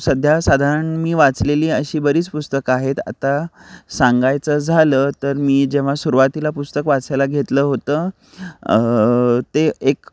सध्या साधारण मी वाचलेली अशी बरीच पुस्तकं आहेत आता सांगायचं झालं तर मी जेव्हा सुरुवातीला पुस्तक वाचायला घेतलं होतं ते एक